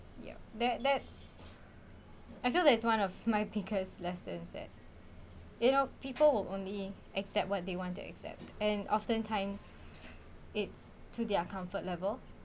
ya that that's I feel that is one of my because lessons that you know people will only accept what they want to accept and often times it's to their comfort level